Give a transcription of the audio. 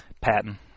Patton